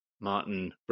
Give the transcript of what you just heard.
Martin